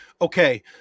okay